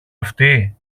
αυτοί